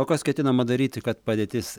o kas ketinama daryti kad padėtis